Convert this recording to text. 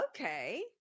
Okay